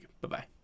bye-bye